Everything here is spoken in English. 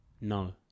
No